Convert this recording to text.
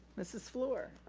mrs. fluor.